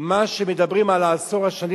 מה שמדברים על עשר השנים,